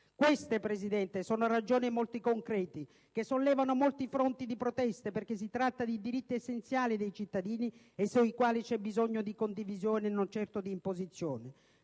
Queste sono ragioni molto concrete che sollevano molti fronti di protesta perché si tratta di diritti essenziali dei cittadini sui quali c'è bisogno di condivisione e non certo di imposizioni.